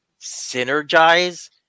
synergize